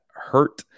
hurt